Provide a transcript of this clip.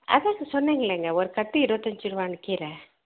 அதுதான் இப்போ சொன்னேங்களேங்க ஒரு கட்டு இருவந்தஞ்சு ரூபான்னு கீரை